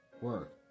work